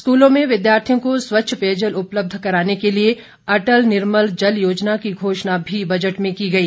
स्कुलों में विद्यार्थियों को स्वच्छ पेयजल उपलब्ध कराने के लिए अटल निर्मल जल योजना की घोषणा भी बजट में की गई